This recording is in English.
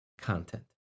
content